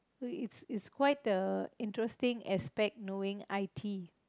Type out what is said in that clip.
it's it's quite a interesting aspect knowing I_T